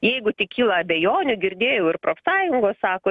jeigu tik kyla abejonių girdėjau ir profsąjungos sako